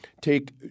take